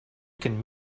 can